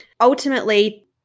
ultimately